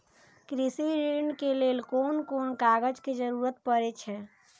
कृषि ऋण के लेल कोन कोन कागज के जरुरत परे छै?